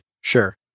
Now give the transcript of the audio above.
Sure